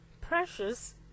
precious